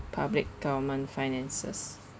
public government finances